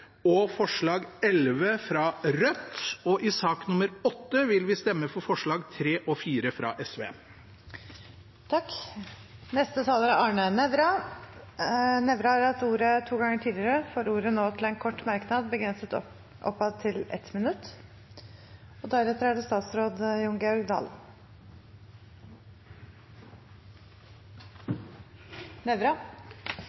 og forslag nr. 11, fra Rødt, og i sak nr. 8 vil vi stemme for forslagene nr. 3 og 4, fra SV. Representanten Arne Nævra har hatt ordet to ganger tidligere og får ordet til en kort merknad, begrenset til 1 minutt. Jeg har vært litt ut og